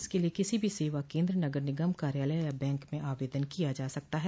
इसके लिये किसी भी सेवा केन्द्र नगर निगम कार्यालय या बैंक में आवेदन किया जा सकता है